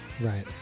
Right